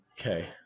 Okay